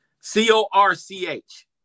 C-O-R-C-H